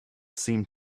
seemed